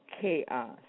chaos